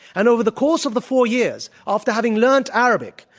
and over the course of the four years, after having learned arabic,